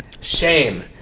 Shame